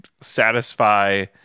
satisfy